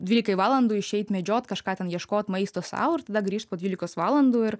dvylikai valandų išeit medžiot kažką ten ieškot maisto sau ir tada grįžt po dvylikos valandų ir